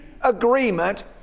agreement